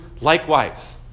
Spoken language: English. likewise